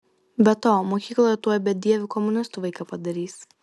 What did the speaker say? be to mokykloje tuoj bedieviu komunistu vaiką padarys